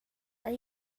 are